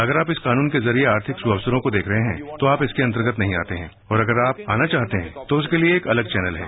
अगर आप इस कानून के जरिये आर्थिक सुअवसरों को देख रह है तो आप इसके अंतर्गत नहीं आते है और अगर आप आना चाहते है तो उसके लिए एक अलग चौनल है